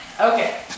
Okay